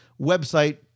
website